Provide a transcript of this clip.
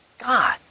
God